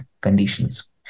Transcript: conditions